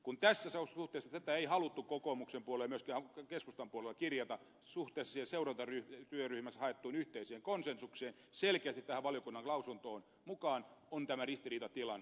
kun tässä suhteessa tätä ei haluttu kokoomuksen puolella eikä myöskään keskustan puolella kirjata selkeästi suhteessa siihen seurantatyöryhmässä haettuun yhteiseen konsensukseen tähän valiokunnan lausuntoon mukaan on tämä ristiriitatilanne